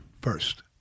First